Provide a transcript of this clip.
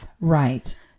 Right